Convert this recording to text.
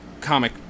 comic